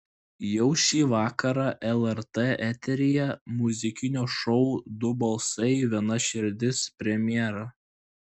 jau šį vakarą lrt eteryje muzikinio šou du balsai viena širdis premjera